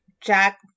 Jack